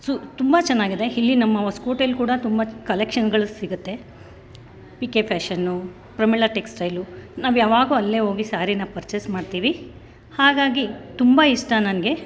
so ತುಂಬ ಚೆನ್ನಾಗಿದೆ ಇಲ್ಲಿ ನಮ್ಮ ಹೊಸ್ಕೋಟೆಯಲ್ಲಿ ಕೂಡ ತುಂಬ ಕಲೆಕ್ಷನ್ಗಳು ಸಿಗುತ್ತೆ P K fashion Pramila textile ನಾವು ಯಾವಾಗೂ ಅಲ್ಲೇ ಹೋಗಿ ಸ್ಯಾರೀನ ಪರ್ಚೇಸ್ ಮಾಡ್ತೀವಿ ಹಾಗಾಗಿ ತುಂಬ ಇಷ್ಟ ನನಗೆ